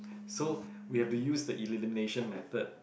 so we have to use the elimination method